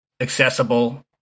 accessible